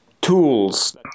tools